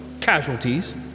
casualties